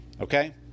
Okay